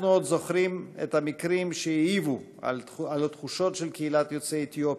אנחנו עוד זוכרים את המקרים שהעיבו על התחושות של קהילת יוצאי אתיופיה,